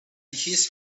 his